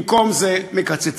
במקום זה מקצצים.